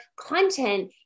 content